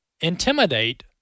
intimidate